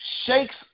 shakes